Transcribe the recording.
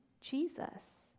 Jesus